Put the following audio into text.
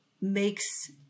makes